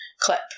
clip